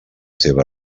teva